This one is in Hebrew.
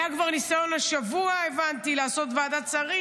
הבנתי שכבר השבוע היה ניסיון לעשות ועדת שרים,